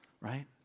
right